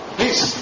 Please